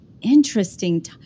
interesting